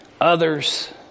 Others